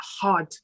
hard